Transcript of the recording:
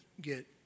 get